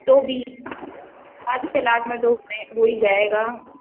तो भी पाँच छः लाख में दो हो ही जाएगा